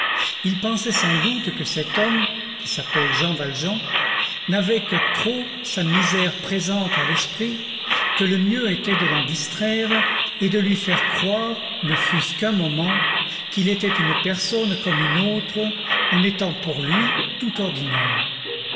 il pensait sans doute que cet homme qui s'appelle jean valjean n'avait que trop sa misère présente à l'esprit que le mieux était de l'en distraire et de lui faire croire ne fût-ce qu'un moment qu'il était une personne comme une autre en étant pour lui tout ordinaire